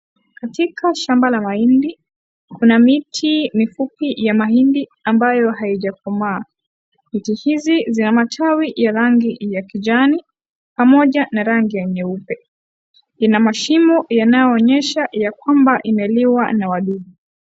Katika shamba la mahindi kina miti mifupi ya mahindi ambayo haijakomaa ,mti hizi za matawi ya rangi ya kijani pamoja na rangi ya nyeupe . Ina mashimo yanayoonyesha ya kwamba imeliwa na wadudu.